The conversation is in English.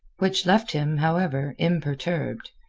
which left him, however, imperturbed.